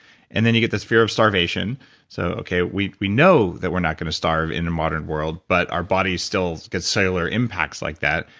and then you get this fear of starvation so, okay, we we know that we're not going to starve in the modern world, but our body still gets cellular impacts like that.